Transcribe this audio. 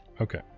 okay